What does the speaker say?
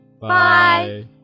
Bye